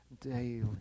daily